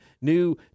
New